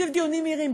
סביב דיונים מהירים.